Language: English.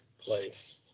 place